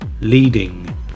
Leading